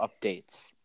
updates